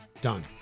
done